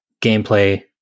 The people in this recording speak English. gameplay